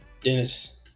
Dennis